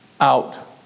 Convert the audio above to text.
out